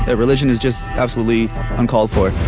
ah religion is just absolutely uncalled for.